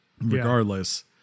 regardless